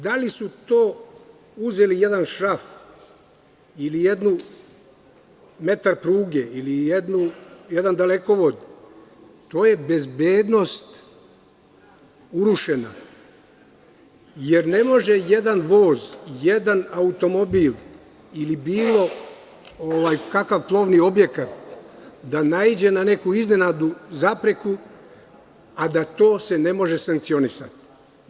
Da li su to uzeli jedan šraf ili metar pruge ili jedan dalekovod, to je bezbednost urušena, jer ne može jedan voz, jedan automobil ili bilo kakav plovni objekat da naiđe na neku iznenadnu zapreku a da se to ne može sankcionisati.